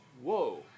whoa